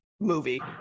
movie